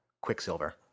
Quicksilver